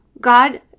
God